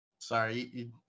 Sorry